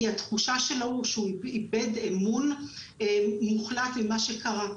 כי התחושה שלו היא שהוא איבד אמון מוחלט בעקבות מה שקרה.